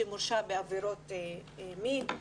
שמורשע בעבירות מין,